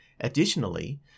Additionally